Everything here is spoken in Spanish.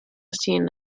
cien